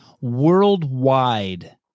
worldwide